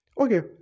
Okay